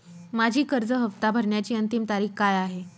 माझी कर्ज हफ्ता भरण्याची अंतिम तारीख काय आहे?